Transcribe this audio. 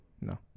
No